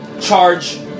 charge